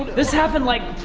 this happened like